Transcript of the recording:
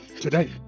today